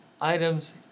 items